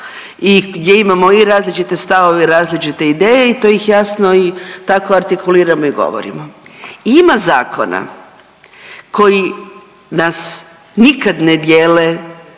gdje imamo i različite stavove i različite ideje i to ih jasno i tako artikuliramo i govorimo. Ima zakona koji nas nikad ne dijele